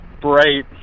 bright